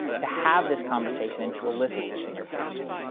to have this conversation and to elicit this in your patients.